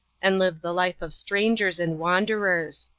and live the life of strangers and wanderers.